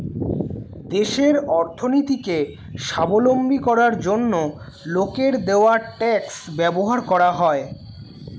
দেশের অর্থনীতিকে স্বাবলম্বী করার জন্য লোকের দেওয়া ট্যাক্স ব্যবহার করা হয়